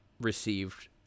received